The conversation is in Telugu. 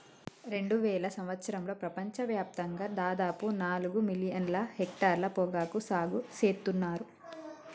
రెండువేల సంవత్సరంలో ప్రపంచ వ్యాప్తంగా దాదాపు నాలుగు మిలియన్ల హెక్టర్ల పొగాకు సాగు సేత్తున్నర్